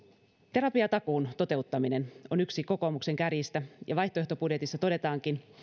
terapiatakuun toteuttaminen on yksi kokoomuksen kärjistä ja vaihtoehtobudjetissa todetaankin